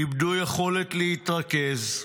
איבדו יכולת להתרכז.